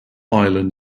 island